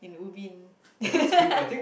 in Ubin